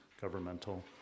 governmental